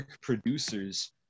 producers